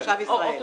או תושב ישראל.